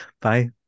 bye